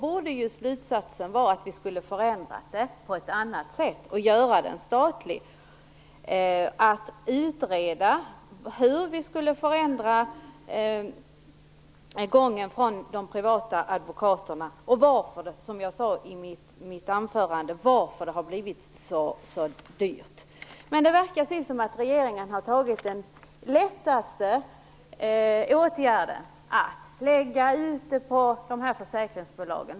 Därför borde slutsatsen vara att vi skulle förändra detta på ett annat sätt - att rättshjälpen skulle ha gjorts statlig och att vi borde utreda hur gången skall förändras från de privata advokaterna och, som jag sade i mitt huvudanförande, varför det blivit så dyrt. Regeringen verkar dock ha valt den lättaste åtgärden, nämligen att lägga ut detta på försäkringsbolagen.